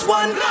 one